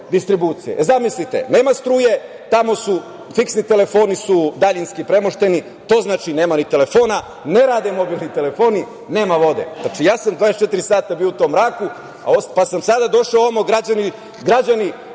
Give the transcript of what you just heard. Zamislite – nema struje, fiksni telefoni su daljinski premošteni što znači da nema ni telefona, ne rade mobilni telefoni, nema vode. Znači, ja sam 24 sata bio u tom mraku pa sam sada došao ovamo, ali građani